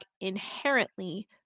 inherently